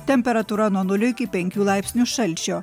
temperatūra nuo nulio iki penkių laipsnių šalčio